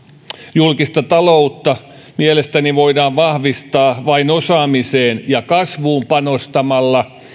julkista taloutta mielestäni voidaan vahvistaa vain osaamiseen ja kasvuun panostamalla